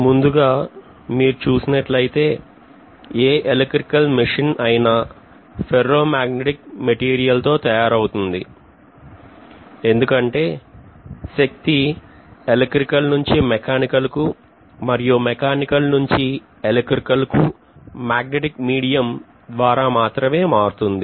ముందుగా మీరు చూసినట్లయితే ఏ ఎలక్ట్రికల్ మెషిన్ అయినా ఫెర్రో మాగ్నెటిక్ మెటీరియల్ తో తయారవుతుంది ఎందుకంటే శక్తి ఎలక్ట్రికల్ నుంచి మెకానికల్ కు మరియు మెకానికల్ నుంచి ఎలక్ట్రికల్ కు మాగ్నెటిక్ మీడియం ద్వారా మాత్రమే మారుతుంది